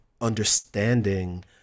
understanding